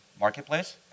marketplace